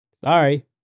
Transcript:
sorry